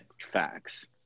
Facts